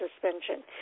suspension